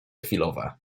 chwilowe